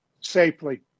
safely